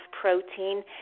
protein